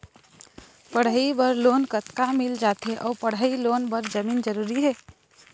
पढ़ई बर लोन कतका मिल जाथे अऊ पढ़ई लोन बर जमीन जरूरी हे?